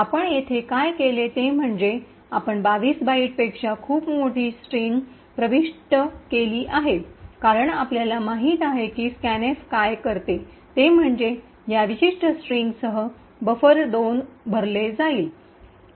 आपण येथे काय केले ते म्हणजे आपण 22 बाइटपेक्षा खूप मोठी स्ट्रिंग प्रविष्ट केली आहे कारण आपल्याला माहिती आहे की स्कॅनएफ काय करते ते म्हणजे या विशिष्ट स्ट्रिंगसह बफर२ भरले जाईल